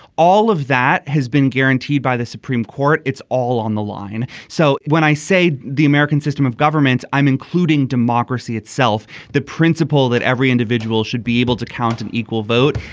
all of that has been guaranteed by the supreme court. it's all on the line. so when i say the american system of government i'm including democracy itself the principle that every individual should be able to count an equal vote.